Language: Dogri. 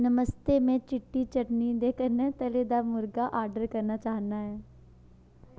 नमस्ते में चिट्टी चटनी दे कन्नै तले दा मुर्गा ऑर्डर करना चांह्न्ना आं